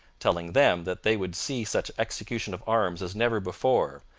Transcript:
telling them that they would see such execution of arms as never before,